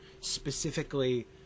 specifically